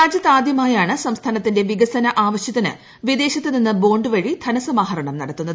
രാജ്യത്ത് ആദ്യമായാണ് സംസ്ഥാനത്തിന്റെ വികസന ആവശ്യത്തിന് വിദേശത്ത് നിന്ന് ബോണ്ട് വഴി ധനസമാഹരണം നടത്തുന്നത്